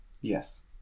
Yes